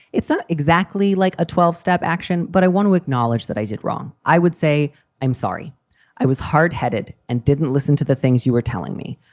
it's not exactly like a twelve step action, but i want to acknowledge that i did wrong. i would say i'm sorry i was hardheaded and didn't listen to the things you were telling me.